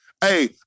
Hey